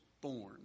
born